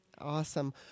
Awesome